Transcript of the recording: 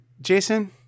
Jason